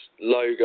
logo